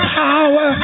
power